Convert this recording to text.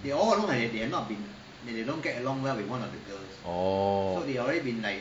orh